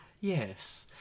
Yes